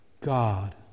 God